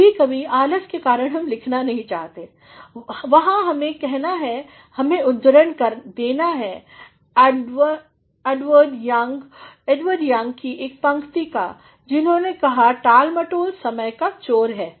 और कभी कभी आलस के कारण हम लिखना भी नहीं चाहते हैं वहां हमें कहना है हमें उद्धरण देना है एडवर्ड यंग की एक पंक्ति का जिन्होंने कहाटालमटोलसमय का चोर है